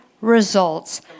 results